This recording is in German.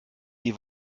die